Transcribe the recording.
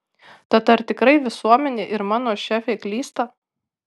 tad ar tikrai visuomenė ir mano šefė klysta